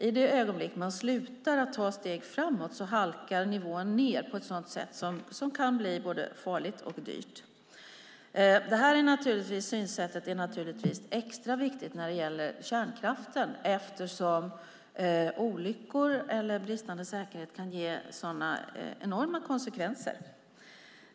I det ögonblick man slutar att ta steg framåt halkar nivån ned på ett sådant sätt att det kan bli både farligt och dyrt. Det här synsättet är naturligtvis extra viktigt när det gäller kärnkraften, eftersom olyckor eller bristande säkerhet kan få enorma konsekvenser.